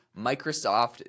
Microsoft